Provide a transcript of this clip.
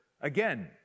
again